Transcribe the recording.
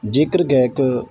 ਜੇਕਰ ਗਾਇਕ